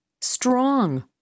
strong